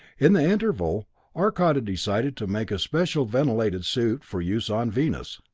in the interval arcot had decided to make a special ventilated suit for use on venus.